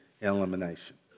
elimination